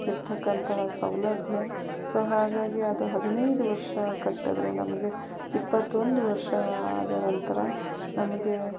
ಇರತಕ್ಕಂತಹ ಸೌಲಭ್ಯ ಸೊ ಹಾಗಾಗಿ ಅದು ಹದಿನೈದು ವರ್ಷ ಕಟ್ಟಿದ್ದರೆ ನಮಗೆ ಇಪ್ಪತ್ತೊಂದು ವರ್ಷ ಆದ ನಂತರ ನಮಗೆ